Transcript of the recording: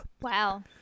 Wow